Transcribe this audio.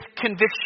conviction